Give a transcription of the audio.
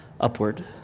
upward